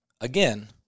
again